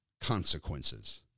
consequences